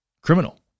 criminal